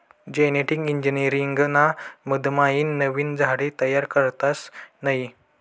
genetic engineering ना मधमाईन नवीन झाडे तयार करतस नयी